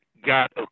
got